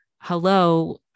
hello